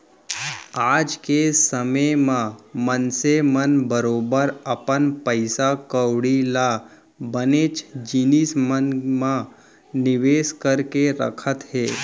आज के समे म मनसे मन बरोबर अपन पइसा कौड़ी ल बनेच जिनिस मन म निवेस करके रखत हें